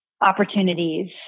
opportunities